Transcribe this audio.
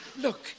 Look